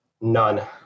None